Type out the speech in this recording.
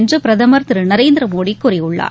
என்று பிரதமர் திரு நரேந்திர மோடி கூறியுள்ளார்